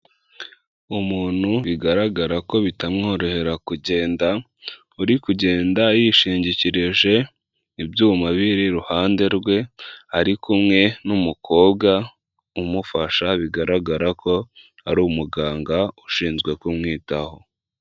Umuntu bigaragara ko bitamworohera kugenda, uri kugenda yishingikirije ibyuma biri iruhande rwe, ari kumwe n'umukobwa umufasha, bigaragara ko ari umuganga, ushinzwe kumwitaho.